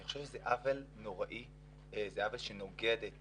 אני חושב שזה עוול נורא ונוגד את